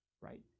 right